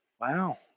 Wow